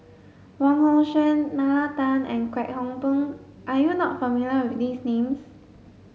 Wong Hong Suen Nalla Tan and Kwek Hong Png are you not familiar with these names